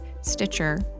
Stitcher